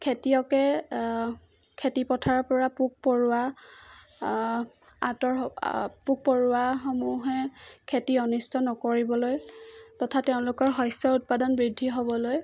খেতিয়কে খেতিপথাৰৰপৰা পোক পৰুবা আঁতৰ পোক পৰুৱাসমূহে খেতি অনিষ্ট নকৰিবলৈ তথা তেওঁলোকৰ শস্যৰ উৎপাদন বৃদ্ধি হ'বলৈ